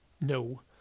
no